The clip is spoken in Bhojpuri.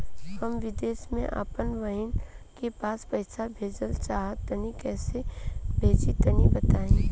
हम विदेस मे आपन बहिन के पास पईसा भेजल चाहऽ तनि कईसे भेजि तनि बताई?